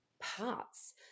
parts